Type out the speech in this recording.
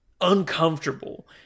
uncomfortable